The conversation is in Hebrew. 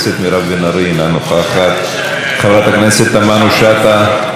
חברת הכנסת פנינה תמנו-שטה,